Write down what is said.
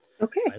Okay